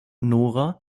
nora